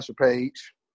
Page